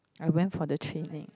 I went for the training